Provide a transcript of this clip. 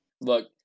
Look